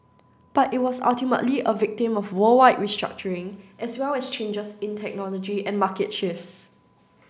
but it was ultimately a victim of worldwide restructuring as well as changes in technology and market shifts